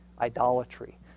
idolatry